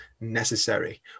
necessary